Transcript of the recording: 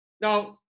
Now